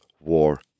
War